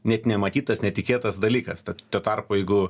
net nematytas netikėtas dalykas tad tuo tarpu jeigu